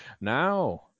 Now